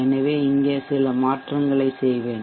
எனவே இங்கே சில மாற்றங்களைச் செய்வேன்